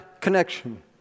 connection